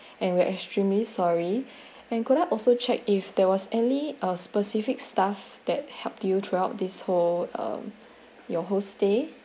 and we are extremely sorry and could I also check if there was any uh specific staff that helped you throughout this whole um your whole stay